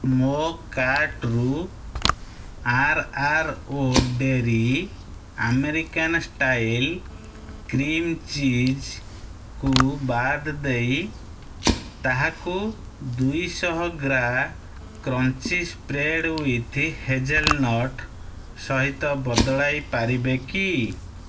ମୋ କାର୍ଟ୍ରୁ ଆର୍ ଆର୍ ଓ ଡେରି ଆମେରିକାନ୍ ଷ୍ଟାଇଲ୍ କ୍ରିମ୍ ଚିଜ୍କୁ ବାଦ ଦେଇ ତାହାକୁ ଦୁଇଶହ ଗ୍ରା କ୍ରଞ୍ଚି ସ୍ପ୍ରେଡ୍ ୱିଥ୍ ହେଜେଲ୍ନଟ୍ ସହିତ ବଦଳାଇ ପାରିବେ କି